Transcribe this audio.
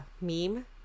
meme